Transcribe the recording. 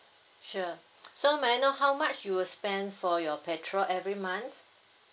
sure so may I know how much you'll spend for your petrol every month